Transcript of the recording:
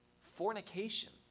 fornication